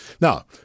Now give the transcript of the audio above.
Now